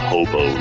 Hobo